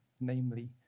namely